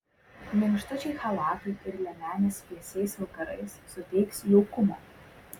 minkštučiai chalatai ir liemenės vėsiais vakarais suteiks jaukumo